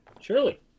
surely